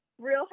Real